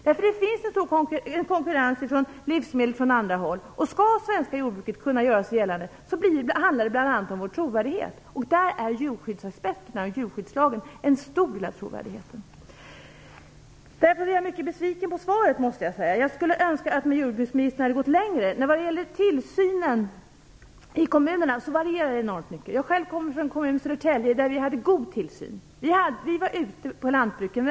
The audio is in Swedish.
Det finns en stor konkurrens av livsmedel från andra håll, och om det svenska jordbruket skall kunna göra sig gällande handlar det bl.a. om vår trovärdighet. Djurskyddsaspekterna och djurskyddslagen utgör en stor del av trovärdigheten. Därför måste jag säga att jag är mycket besviken över svaret. Jag önskar att jordbruksministern hade gått längre. Tillsynen i kommunerna varierar enormt. Jag själv kommer från Södertälje kommun. Där var tillsynen god. Vi var ute på lantbruken.